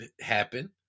happen